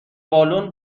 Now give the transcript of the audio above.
بالن